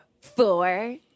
four